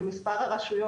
כשיש ממילא דואר רשום,